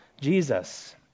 Jesus